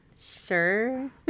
Sure